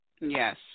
Yes